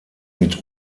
mit